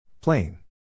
Plain